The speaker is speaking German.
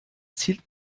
zielt